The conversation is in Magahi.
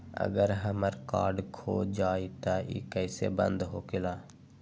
अगर हमर कार्ड खो जाई त इ कईसे बंद होकेला?